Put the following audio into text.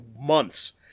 months